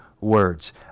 words